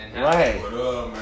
Right